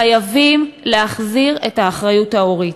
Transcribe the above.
חייבים להחזיר את האחריות ההורית.